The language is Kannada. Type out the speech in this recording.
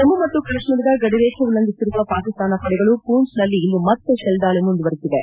ಜಮ್ನು ಮತ್ತು ಕಾಶ್ಮೀರದ ಗಡಿರೇಖೆ ಉಲ್ಲಂಘಿಸಿರುವ ಪಾಕಿಸ್ತಾನ ಪಡೆಗಳು ಪೂಂಚ್ನಲ್ಲಿ ಇಂದು ಮತ್ತೆ ಶೆಲ್ ದಾಳಿ ಮುಂದುವರೆಸಿವೆ